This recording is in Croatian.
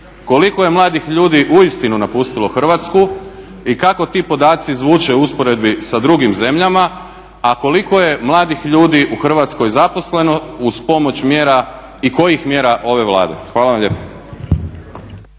koliko je mladih ljudi uistinu napustilo Hrvatsku i kako ti podaci zvuče u usporedbi sa drugim zemljama? A koliko je mladih ljudi u Hrvatskoj zaposleno uz pomoć mjera i kojih mjera ove Vlade? Hvala vam lijepo.